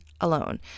alone